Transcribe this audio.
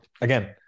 again